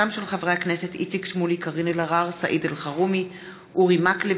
מאת חברי הכנסת משה גפני, אורי מקלב,